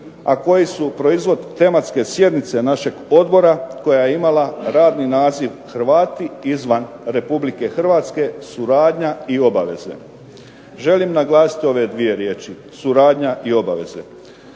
a koji su proizvod tematske sjednice našeg odbora koja je imala radni naziv Hrvati izvan Republike Hrvatske, suradnja i obaveze. Želim naglasiti ove dvije riječi suradnja i obaveze.